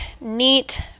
neat